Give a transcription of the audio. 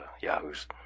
yahoos